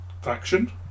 faction